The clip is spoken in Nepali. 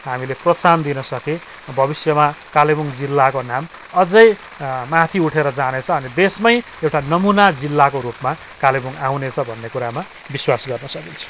हामीले प्रोत्साहन दिन सके भविष्यमा कालेबुङ जिल्लाको नाम अझै माथि उठेर जाने छ अनि देशमै एउटा नमुना जिल्लाको रूपमा कालेबुङ आउनेछ भन्ने कुरामा विश्वास गर्न सकिन्छ